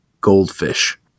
Goldfish